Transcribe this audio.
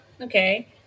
okay